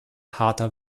harter